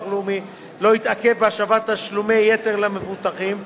לאומי לא יתעכב בהשבת תשלומי יתר למבוטחים.